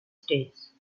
states